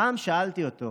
פעם שאלתי אותו: